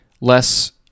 less